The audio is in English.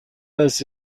else